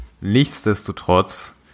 Nichtsdestotrotz